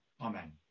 amen